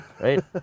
Right